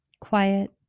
quiet